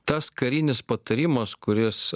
tas karinis patarimas kuris